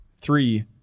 Three